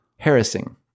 harassing